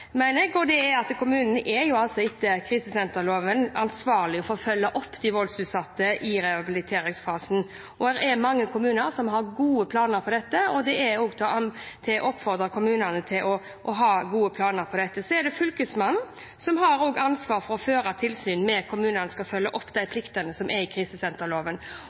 mener jeg. Det er kommunene etter krisesenterloven som er ansvarlig for å følge opp de voldsutsatte i rehabiliteringsfasen. Det er mange kommuner som har gode planer for dette, og kommunene er oppfordret til å ha gode planer for dette. Fylkesmannen har ansvar for å føre tilsyn med at kommunene skal følge opp de pliktene som er gitt i krisesenterloven.